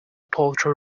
paltry